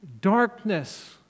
darkness